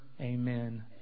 Amen